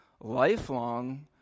lifelong